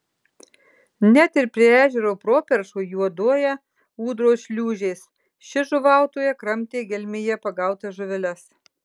net ir prie ežero properšų juoduoja ūdros šliūžės ši žuvautoja kramtė gelmėje pagautas žuveles